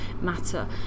matter